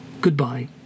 Goodbye